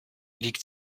liegt